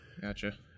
Gotcha